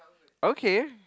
okay